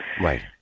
Right